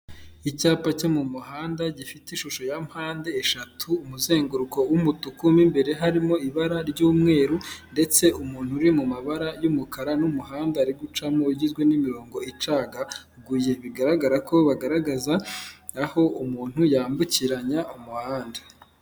Icyapa cyo mu muhanda gifite ishusho ya mpande eshatu, umuzenguruko w'umutuku, mo imbere harimo ibara ry'umweru ndetse umuntu uri mu mabara y'umukara n'umuhanda ari gucamo ugizwe n'imirongo icagaguye, bigaragara ko bagaragaza aho umuntu yambukiranya umuhanda.